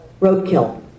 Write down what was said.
roadkill